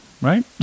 right